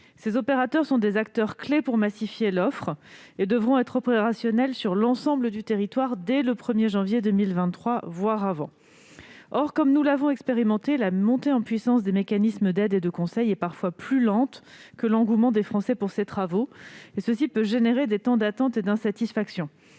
Ceux-ci sont des acteurs clés pour massifier l'offre et devront être opérationnels sur l'ensemble du territoire dès le 1 janvier 2023, voire avant. Or, comme nous l'avons expérimenté, la montée en puissance des mécanismes d'aide et de conseil est parfois plus lente que l'engouement des Français pour ces travaux, ce qui peut générer des temps d'attente et des insatisfactions.